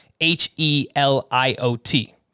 H-E-L-I-O-T